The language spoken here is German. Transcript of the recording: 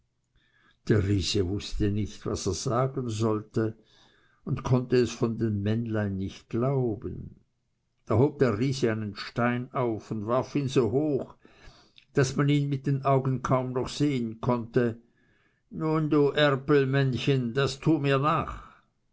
der riese wußte nicht was er sagen sollte und konnte es von dem männlein nicht glauben da hob der riese einen stein auf und warf ihn so hoch daß man ihn mit augen kaum noch sehen konnte nun du erpelmännchen das tu mir nach